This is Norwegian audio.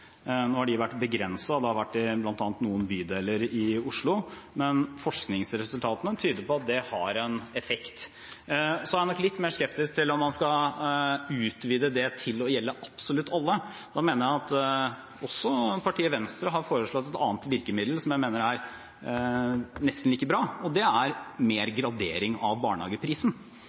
har vært begrenset, de har bl.a. vært i noen bydeler i Oslo, men forskningsresultatene tyder på at dette har en effekt. Så er jeg litt mer skeptisk til om man skal utvide det til å gjelde absolutt alle. Også partiet Venstre har foreslått et annet virkemiddel, som jeg mener er nesten like bra, og det er mer gradering av barnehageprisen.